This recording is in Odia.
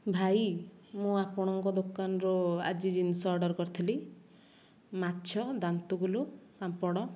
ଭାଇ ମୁଁ ଆପଣଙ୍କ ଦୋକାନରୁ ଆଜି ଜିନିଷ ଅର୍ଡ଼ର କରିଥିଲି ମାଛ ଦାନ୍ତଗୁଲୁ ପାମ୍ପଡ଼